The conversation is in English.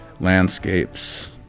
landscapes